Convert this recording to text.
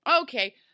Okay